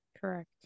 correct